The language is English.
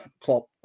Klopp